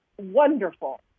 wonderful